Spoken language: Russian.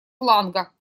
фланга